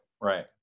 right